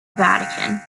vatican